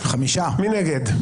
מי נגד?